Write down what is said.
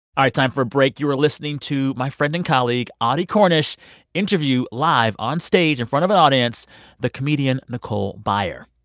time for a break. you were listening to my friend and colleague audie cornish interview live on stage in front of an audience the comedian nicole byer.